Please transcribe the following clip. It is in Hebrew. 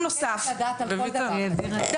אני מבקשת לדעת על כל דבר כזה.